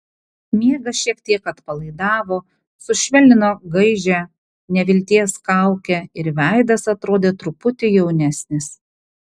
miegas šiek tiek atpalaidavo sušvelnino gaižią nevilties kaukę ir veidas atrodė truputį jaunesnis